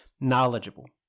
knowledgeable